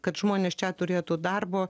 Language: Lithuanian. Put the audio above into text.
kad žmonės čia turėtų darbo